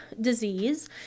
disease